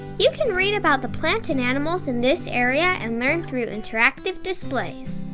you can read about the plants and animals in this area and learn through interactive displays.